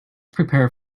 prepare